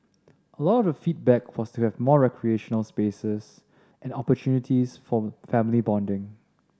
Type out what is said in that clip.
a lot of the feedback was to have more recreational spaces and opportunities for family bonding